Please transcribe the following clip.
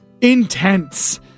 intense